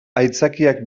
aitzakiak